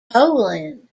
poland